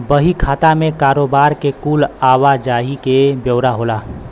बही खाता मे कारोबार के कुल आवा जाही के ब्योरा होला